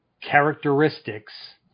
characteristics